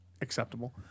acceptable